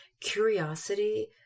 Curiosity